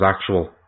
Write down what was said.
actual